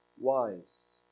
wise